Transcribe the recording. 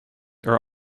are